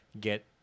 get